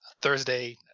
Thursday